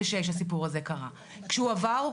הסיפור הזה קרה בקו 186. "כשהוא עבר,